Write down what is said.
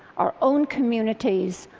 our own communities,